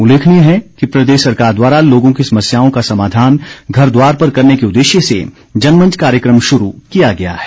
उल्लेखनीय है कि प्रदेश सरकार द्वारा लोगों की समस्याओं का समाधान घर द्वार पर करने के उद्देश्य से जनमंच कार्यक्रम शुरू किया गया है